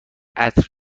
عطر